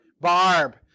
Barb